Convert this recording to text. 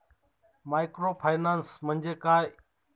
Microfinance म्हणजे काय?